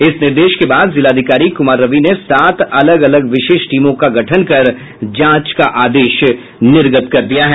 इस निर्देश के बाद जिलाधिकारी कुमार रवि ने सात अलग अलग विशेष टीमों का गठन कर जांच का आदेश निर्गत कर दिया है